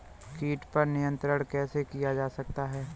कीट पर नियंत्रण कैसे किया जा सकता है?